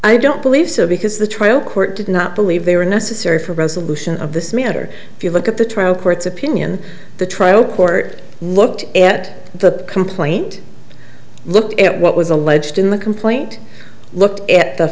i don't believe so because the trial court did not believe they were necessary for a resolution of this matter if you look at the trial court's opinion the trial court looked at the complaint looked at what was alleged in the complaint looked at the